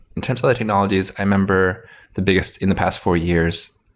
in terms of technologies, i remember the biggest in the past four years,